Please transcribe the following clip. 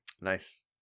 nice